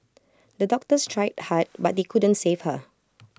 the doctors tried hard but they couldn't save her